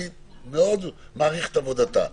אני מאוד מעריך את עבודתה.